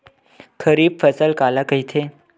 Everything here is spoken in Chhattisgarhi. खरीफ फसल काला कहिथे?